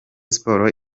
sport